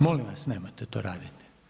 Molim vas nemojte to raditi.